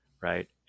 right